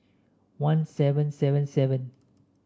one seven seven seven